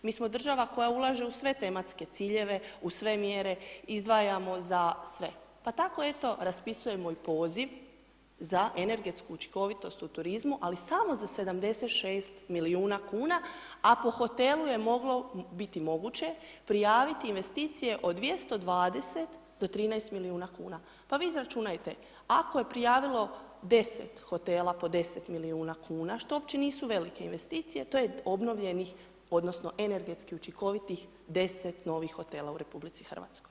Mi smo država koja ulaže u sve tematske ciljeve, u sve mjere, izdvajamo za sve, pa tako eto raspisujemo i poziv za energetsku učinkovitost u turizmu ali samo za 76 milijuna kuna a po hotelu je moglo biti moguće prijaviti investicije od 220 do 13 milijuna kuna, pa vi izračunajte, ako je prijavilo 10 hotela po 10 milijuna kuna, što uopće nisu velike investicije, to je obnovljenih odnosno energetski učinkovitih 10 novih hotela u RH.